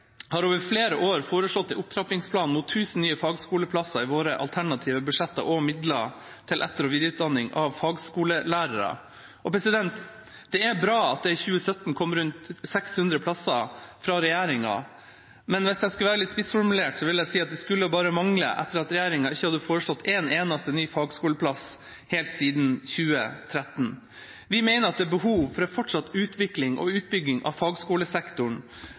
har over flere år foreslått en opptrappingsplan mot 1 000 nye fagskoleplasser i våre alternative budsjetter og midler til etter- og videreutdanning av fagskolelærere. Det er bra at det i 2017 kom rundt 600 plasser fra regjeringa, men hvis jeg skal være litt spissformulert, vil jeg si at det skulle bare mangle etter at regjeringa ikke hadde foreslått en eneste ny fagskoleplass helt siden 2013. Vi mener at det er behov for en fortsatt utvikling og utbygging av fagskolesektoren.